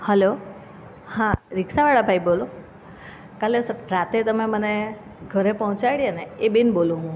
hello હા રિક્ષાવાળા ભાઈ બોલો કાલે સાબ રાત્રે તમે મને ઘરે પહોંચાડ્યાને એ બેન બોલું